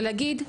ולהגיד,